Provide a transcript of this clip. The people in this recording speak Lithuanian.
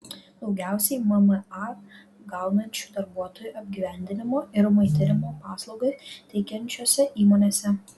daugiausiai mma gaunančių darbuotojų apgyvendinimo ir maitinimo paslaugas teikiančiose įmonėse